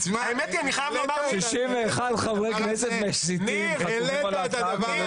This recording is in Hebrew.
61 חברתי כנסת מסיתים חתומים על ההצעה.